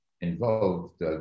involved